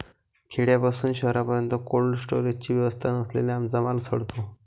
खेड्यापासून शहरापर्यंत कोल्ड स्टोरेजची व्यवस्था नसल्याने आमचा माल सडतो